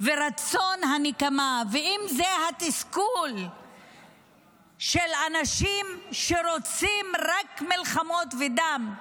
ורצון הנקמה ואם זה התסכול של אנשים שרוצים רק מלחמות ודם,